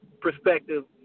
perspective